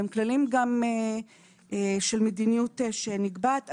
והם כללים גם של מדיניות שנקבעת,